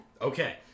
okay